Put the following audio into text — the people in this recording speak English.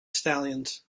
stallions